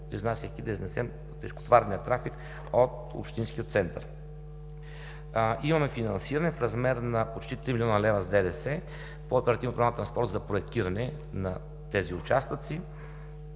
изнасяйки тежкотоварния трафик от общинския център. Имаме финансиране в размер на почти 3 млн. лв. с ДДС по Оперативна програма „Транспорт за проектиране“ на тези участъци.